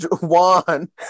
Juan